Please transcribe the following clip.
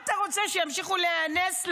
איך אנשים בוחרים בן אדם כזה לכנסת?